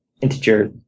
integer